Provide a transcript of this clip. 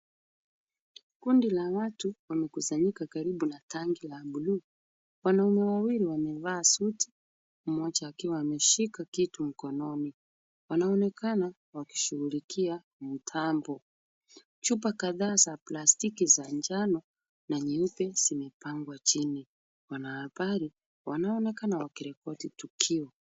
Kundi la watu wamekusanyika karibu na tanki la buluu, wanaume wawili wamevaa suti, mmoja akiwa ameshika kitu mkononi, wanaonekana wakishughulikia mtambo. Chupa kadhaa za plastiki za njano na nyeupe zimepangwa chini, wanahabari wanaonekana wakirekodi tukio.